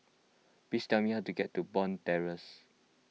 please tell me how to get to Bond Terrace